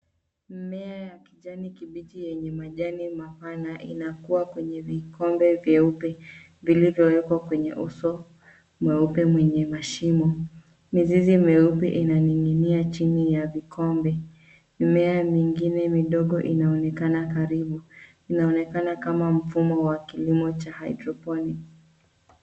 Mmea ya kijani kibichi yenye majani mapana, inakuwa kwenye vikombe vyeupe vikivyowekwa kwenye uso mweupe wenye mashimo. Mizizi mieupe inaning'inia chini ya vikombe. Mimea mingine midogo inaonekana karibu. Inaonekana kama mfumo wa kilimo cha haidroponi.